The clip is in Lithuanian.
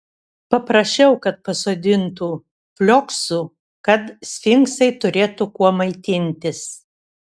paprašiau kad pasodintų flioksų kad sfinksai turėtų kuo maitintis